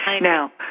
Now